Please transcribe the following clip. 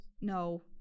No